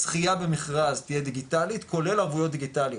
הזכייה במכרז תהיה דיגיטלית כולל ערבויות דיגיטליות,